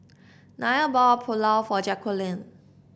Nyah bought Pulao for Jacquline